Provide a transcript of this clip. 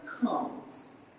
comes